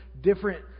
different